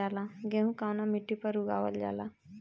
गेहूं कवना मिट्टी पर उगावल जाला?